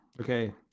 Okay